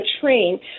train